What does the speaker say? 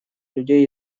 людей